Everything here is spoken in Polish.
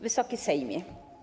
Wysoki Sejmie!